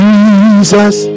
Jesus